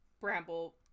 Bramble